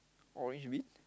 orange bin